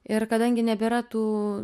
ir kadangi nebėra tų